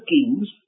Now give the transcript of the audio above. Kings